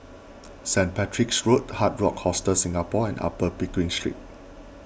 Saint Patrick's Road Hard Rock Hostel Singapore and Upper Pickering Street